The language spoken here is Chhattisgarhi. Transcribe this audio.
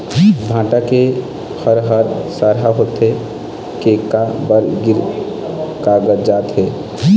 भांटा के फर हर सरहा होथे के काहे बर गिर कागजात हे?